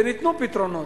וניתנו פתרונות.